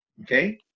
Okay